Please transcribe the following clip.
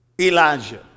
Elijah